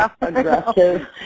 aggressive